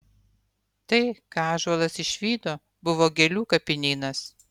tai ką ąžuolas išvydo buvo gėlių kapinynas